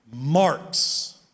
Mark's